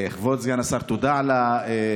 כבוד סגן השר, תודה על התשובות.